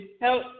help